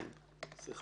אחר